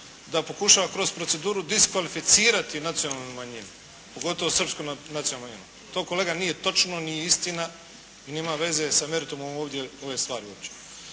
da pokušava kroz proceduru diskvalificirati nacionalne manjine, pogotovo srpsku nacionalnu manjinu. To kolega nije točno, nije istina i nema veze sa meritumom ovdje ove stvari uopće.